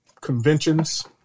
conventions